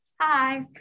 hi